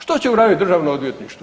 Što će uraditi državno odvjetništvo?